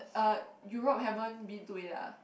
uh Europe haven't been to yet ah